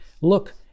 look